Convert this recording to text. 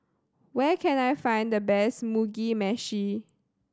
where can I find the best Mugi Meshi